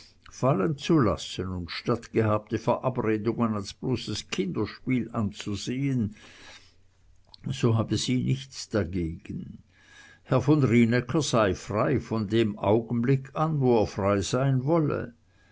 fallenzulassen und stattgehabte verabredungen als bloßes kinderspiel anzusehn so habe sie nichts dagegen herr von rienäcker sei frei von dem augenblick an wo er frei sein wolle